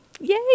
Yay